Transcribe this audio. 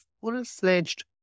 full-fledged